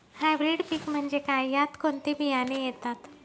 Hybrid पीक म्हणजे काय? यात कोणते बियाणे येतात?